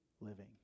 Living